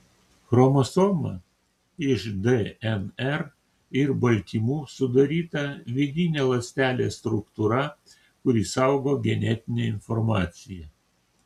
chromosoma iš dnr ir baltymų sudaryta vidinė ląstelės struktūra kuri saugo genetinę informaciją